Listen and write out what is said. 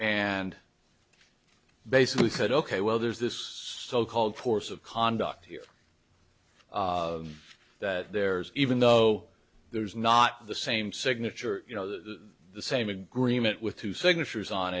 and basically said ok well there's this so called course of conduct here that there's even though there's not the same signature you know the same agreement with two signatures on